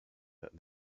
that